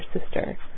sister